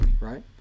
right